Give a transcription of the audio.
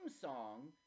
song